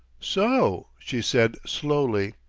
so, she said slowly,